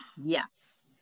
Yes